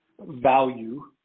value